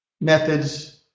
methods